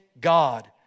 God